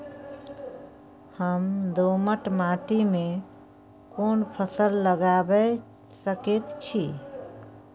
हम दोमट माटी में कोन फसल लगाबै सकेत छी?